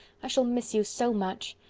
i shall miss you so much.